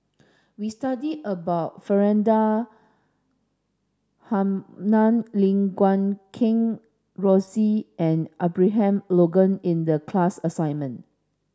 we studied about Faridah Hanum Lim Guat Kheng Rosie and Abraham Logan in the class assignment